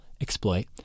exploit